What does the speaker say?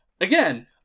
Again